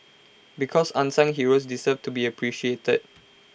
because unsung heroes deserve to be appreciated